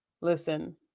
listen